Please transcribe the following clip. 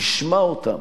נשמע אותם,